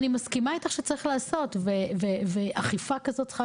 אני מסכימה איתך שצריך לעשות ואכיפה כזאת צריכה